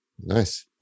Nice